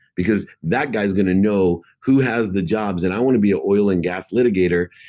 because that guy's going to know who has the jobs, and i want to be an oil and gas litigator.